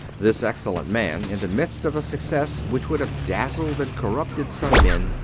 this excellent man, in the midst of a success which would have dazzled and corrupted some men,